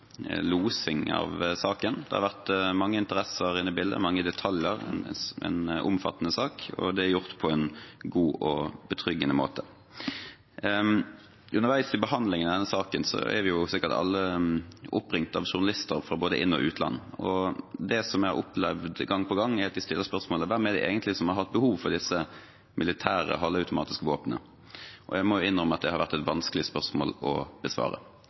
losing av saken. Det har vært mange interesser inne i bildet, mange detaljer, og det har vært en omfattende sak. Det har vært gjort på en god og betryggende måte. Underveis i behandlingen av denne saken er vi sikkert alle blitt oppringt av journalister fra både inn- og utland. Det jeg har opplevd gang på gang, er at de har stilt spørsmålet: Hvem er det egentlig som har hatt behov for disse militære halvautomatiske våpnene? Og jeg må innrømme at det har vært et vanskelig spørsmål å besvare.